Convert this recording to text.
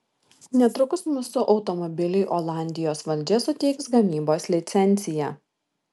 netrukus mūsų automobiliui olandijos valdžia suteiks gamybos licenciją